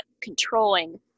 controlling